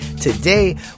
today